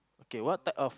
okay what type of